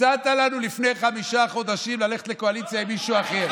הצעת לנו לפני חמישה חודשים ללכת לקואליציה עם מישהו אחר.